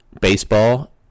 Baseball